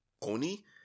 Oni